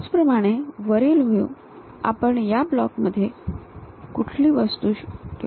त्याचप्रमाणे वरील व्ह्यू आपण या ब्लॉकमध्ये कुठली वस्तू शकतो